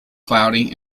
cloudy